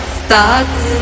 starts